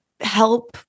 help